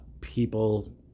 people